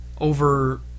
over